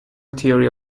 theory